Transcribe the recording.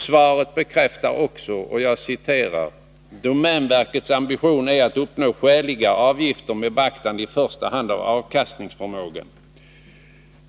Svaret bekräftar också att ”domänverkets ambition är att uppnå skäliga avgifter med beaktande i första hand av avkastningsförmågan”.